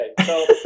Okay